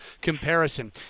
comparison